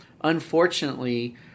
Unfortunately